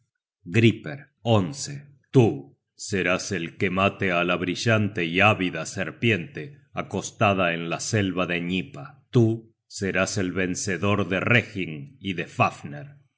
griper tú serás el que mate á la brillante y ávida serpiente acostada en la selva de gnipa tú serás el vencedor de reginn y de fafner